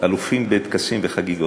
אלופים בטקסים ובחגיגות.